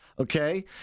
Okay